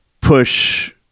push